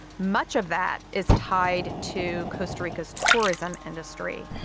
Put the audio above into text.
much of that is tied to costa rica's tourism industry.